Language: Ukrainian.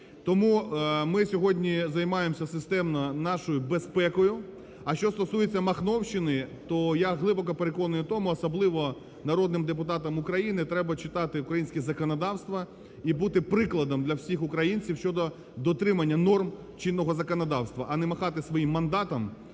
Тому ми сьогодні займаємося системно нашою безпекою. А що стосується "махновщини", то я глибоко переконаний в тому, особливо народним депутатам України треба читати українське законодавство і бути прикладом для всіх українців щодо дотримання норм чинного законодавства, а не махати своїм мандатом